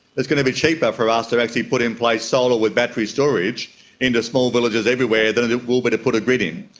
it's going to be cheaper for us to actually put in place solar with battery storage into small villages everywhere than it it will be to put a grid in.